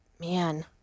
Man